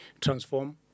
transform